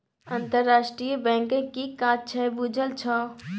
अंतरराष्ट्रीय बैंकक कि काज छै बुझल छौ?